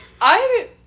I-